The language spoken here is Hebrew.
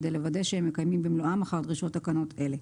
כדי לוודא שהם מקיימים במלואם אחר דרישות תקנות אלה.